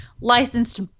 licensed